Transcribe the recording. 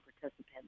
participants